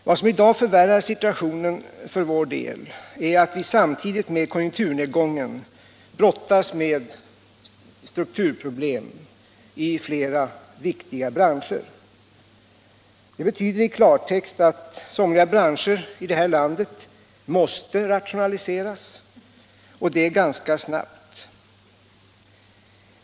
Vad som i dag förvärrar situationen för vår del är att vi samtidigt med konjunkturnedgången brottas med strukturproblem i flera viktiga branscher. Det betyder i klartext att somliga branscher i det här landet måste rationaliseras, och det ganska snabbt.